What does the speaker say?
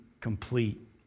complete